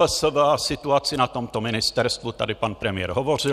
O MPSV a situaci na tomto ministerstvu tady pan premiér hovořil.